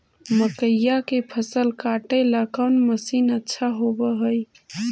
मकइया के फसल काटेला कौन मशीन अच्छा होव हई?